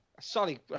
sorry